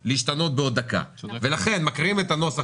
שהן קופות גמל לקצבה שהן אינן קרנות ותיקות והן אינן פוליסות ביטוח